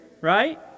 right